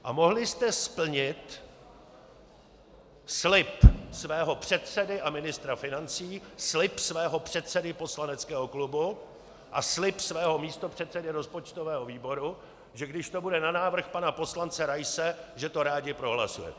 A mohli jste splnit slib svého předsedy a ministra financí, slib svého předsedy poslaneckého klubu a slib svého místopředsedy rozpočtového výboru, že když to bude na návrh pana poslance Raise, že to rádi prohlasujete.